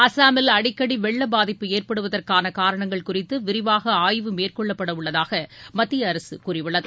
அஸ்ஸாமில் அடிக்கடி வெள்ளப் பாதிப்பு ஏற்படுவதற்கான காரணங்கள் குறித்து விரிவாக ஆய்வு மேற்கொள்ளப்படவுள்ளதாக மத்திய அரசு கூறியுள்ளது